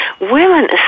Women